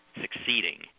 succeeding